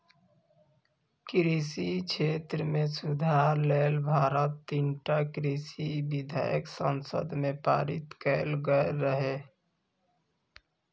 कृषि क्षेत्र मे सुधार लेल भारत मे तीनटा कृषि विधेयक संसद मे पारित कैल गेल रहै